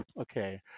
okay